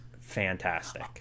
fantastic